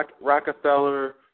Rockefeller